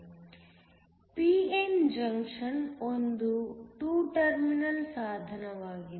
p n junction ಒಂದು 2 terminal ಸಾಧನವಾಗಿದೆ